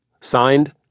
Signed